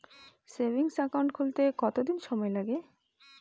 Savings account খুলতে কতদিন সময় লাগে?